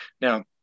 Now